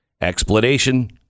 Explanation